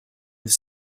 with